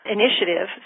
initiative